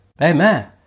Amen